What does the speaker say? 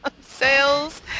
sales